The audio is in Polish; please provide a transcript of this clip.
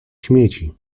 śmieci